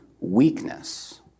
weakness